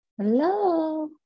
hello